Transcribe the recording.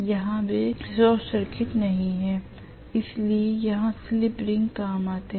यहां वे short circuit नहीं हैं इसलिए यहां स्लिप रिंग काम में आते हैं